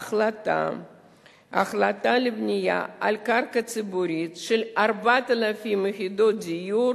החלטה על בנייה על קרקע ציבורית של 4,000 יחידות דיור